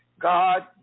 God